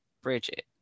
Bridget